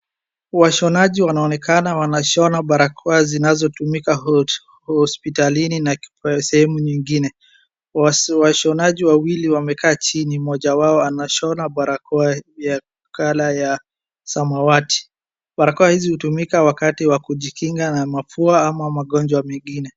Washonaji wanaoneka wanashona barakoa zinazotumika hospitalini na sehemu nyingine. Washonaji wawili wamekaa chini mmoja wao anashona barakoa ya colour ya samawati. Barakoa hizi hutumika wakati wakujikinga na mapua ama magonjwa mengine.